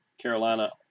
Carolina